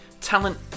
talent